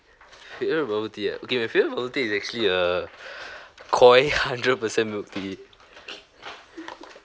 favourite bubble tea ah okay my favourite bubble tea is actually err koi hundred percent milk tea